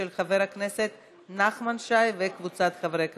של חבר הכנסת נחמן שי וקבוצת חברי הכנסת.